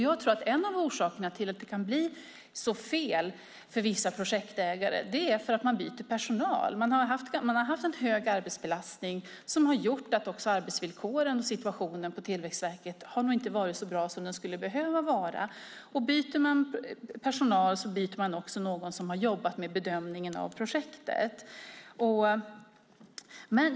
Jag tror att en av orsakerna till att det kan bli så fel för vissa projektägare är att Tillväxtverket byter personal. De har haft en hög arbetsbelastning som gjort att arbetsvillkoren och situationen på verket inte varit så bra som det skulle behöva vara. Byter man personal byter man också någon som jobbat med bedömningen av projektet.